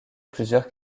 plusieurs